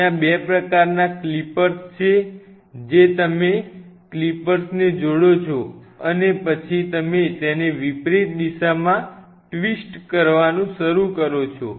ત્યાં બે પ્રકારના ક્લિપર્સ છે જે તમે ક્લિપર્સને જોડો છો અને પછી તમે તેને વિપરીત દિશામાં ટ્વિસ્ટ કરવાનું શરૂ કરો છો